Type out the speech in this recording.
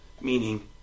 meaning